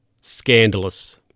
scandalous